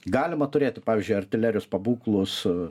galima turėti pavyzdžiui artilerijos pabūklus